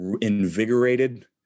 invigorated